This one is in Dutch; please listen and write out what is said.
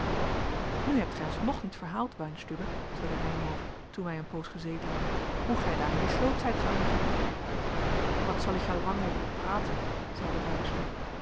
nu hebt gij ons nog niet verhaald weinstübe zeide reynhove toen wij een poos gezeten hadden hoe gij daar in die sloot zijt gearriveerd wat sol ich er lang ofer braten zeide weinstübe